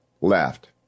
left